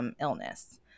illness